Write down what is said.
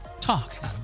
Talk